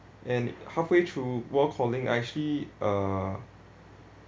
and halfway through while calling I actually uh